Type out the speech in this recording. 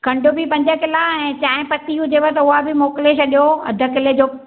खंडु बि पंज किला ऐं चाय पती हुजेव त उहा बि मोकिले छॾियो अधु किले जो